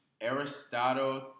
aristotle